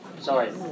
Sorry